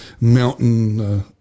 Mountain